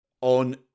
on